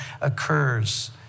occurs